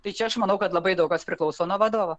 tai čia aš manau kad labai daug kas priklauso nuo vadovo